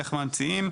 איך ממציאים.